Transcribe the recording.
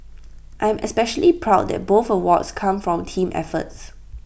I am especially proud that both awards come from team efforts